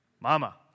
Mama